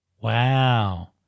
Wow